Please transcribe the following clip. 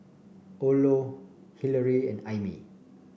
Orlo Hillery and Aimee